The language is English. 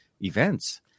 events